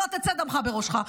לא תצא דמך בראשך.